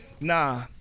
Nah